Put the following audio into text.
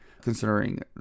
considering